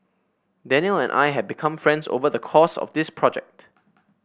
Danial and I have become friends over the course of this project